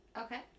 Okay